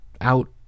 out